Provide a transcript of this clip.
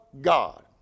God